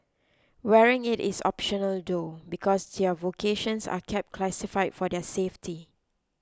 wearing it is optional though because their vocations are kept classified for their safety